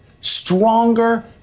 stronger